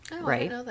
right